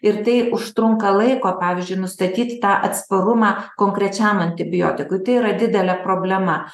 ir tai užtrunka laiko pavyzdžiui nustatyt tą atsparumą konkrečiam antibiotikui tai yra didelė problema